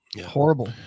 horrible